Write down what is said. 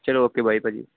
ਚਲੋ okay bye ਭਾਅ ਜੀ